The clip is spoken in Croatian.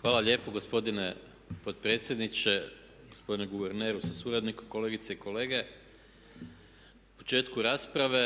Hvala lijepo gospodine potpredsjedniče, gospodine guverneru sa suradnikom, kolegice i kolege. U početku rasprave